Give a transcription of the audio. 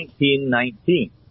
1919